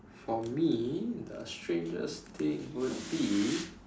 for me the strangest thing would be